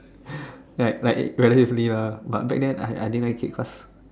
right like relatively lah but back then I I didn't like it because